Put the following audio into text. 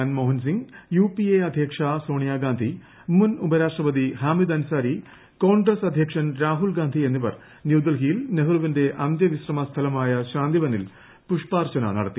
മുൻ Manmohan Singh U P A അധ്യക്ഷ സോണിയാഗാന്ധി മുൻ ഉപരാഷ്ട്രപതി ഹാമിദ് അൻസാരി കോൺഗ്രസ് അധ്യക്ഷൻ രാഹുൽ ഗാന്ധി എന്നിവർ ന്യൂഡൽഹിയിൽ നെഹ്റുവിന്റെ അന്ത്യവിശ്രമ സ്ഥലമായ ശാന്തിവനിൽ പുഷ്പ്പാർച്ചന നടത്തി